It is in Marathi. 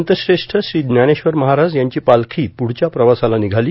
संतश्रेष्ठ श्री ज्ञानेश्वर महाराज यांची पालखी पुढच्या प्रवासाला निघाली